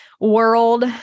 world